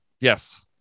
Yes